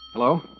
Hello